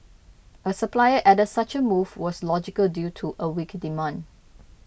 a supplier added such a move was logical due to a weak demand